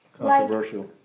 Controversial